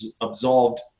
absolved